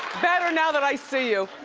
better now that i see you.